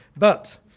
but,